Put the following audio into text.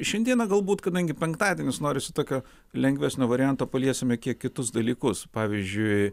šiandieną galbūt kadangi penktadienis norisi tokio lengvesnio varianto paliesime kiek kitus dalykus pavyzdžiui